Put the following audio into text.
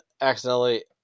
accidentally